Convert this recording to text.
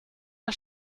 der